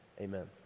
amen